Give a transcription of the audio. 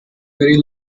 very